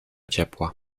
ciepła